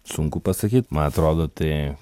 sunku pasakyt man atrodo tai